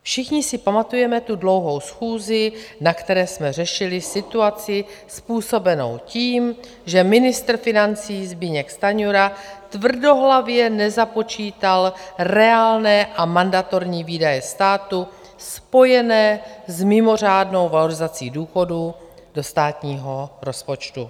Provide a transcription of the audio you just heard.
Všichni si pamatujeme tu dlouhou schůzi, na které jsme řešili situaci způsobenou tím, že ministr financí Zbyněk Stanjura tvrdohlavě nezapočítal reálné a mandatorní výdaje státu spojené s mimořádnou valorizací důchodů do státního rozpočtu.